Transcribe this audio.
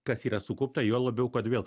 kas yra sukaupta juo labiau kad vėl